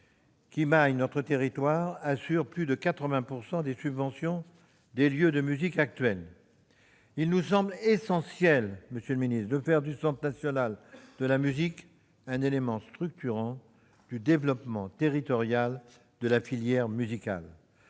-qui maillent notre territoire versent plus de 80 % des subventions dont bénéficient les lieux de musiques actuelles. Il nous semble essentiel, monsieur le ministre, de faire du Centre national de la musique un élément structurant du développement territorial de la filière musicale.